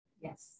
Yes